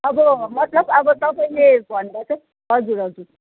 अब मतलब अब तपाईँले भन्दा चाहिँ हजुर हजुर